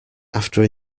after